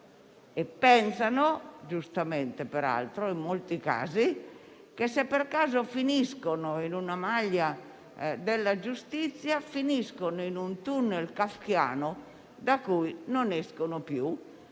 e pensano - giustamente e peraltro in molti casi - che, se per caso finiscono in una delle maglie della giustizia, si ritrovano in un tunnel kafkiano dal quale non escono più,